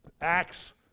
acts